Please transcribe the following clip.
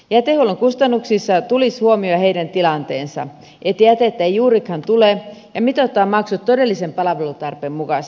jätehuollon kustannuksissa tulisi huomioida heidän tilanteensa että jätettä ei juurikaan tule ja mitoittaa maksut todellisen palvelutarpeen mukaisiksi